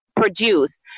produce